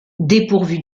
dépourvue